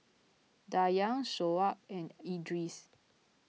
Dayang Shoaib and Idris